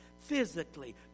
Physically